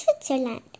Switzerland